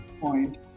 point